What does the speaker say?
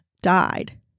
died